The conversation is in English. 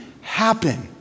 happen